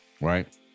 right